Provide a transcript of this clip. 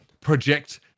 project